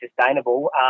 sustainable